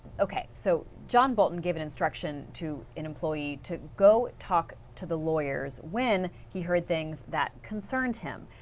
okay, so john bolton gave an instruction to an employee to go talk to the lawyers when he heard things that concerned him.